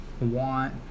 want